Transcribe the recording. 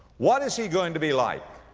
what is he going to be like?